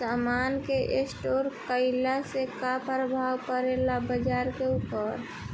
समान के स्टोर काइला से का प्रभाव परे ला बाजार के ऊपर?